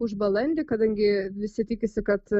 už balandį kadangi visi tikisi kad